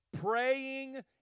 praying